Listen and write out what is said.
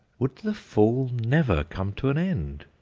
would the fall never come to an end!